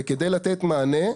כדי לתת מענה,